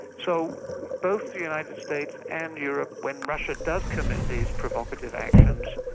so both the united states and europe, when russia does commit these provocative actions,